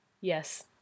Yes